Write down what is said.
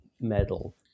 medal